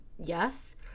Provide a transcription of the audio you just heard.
yes